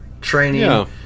training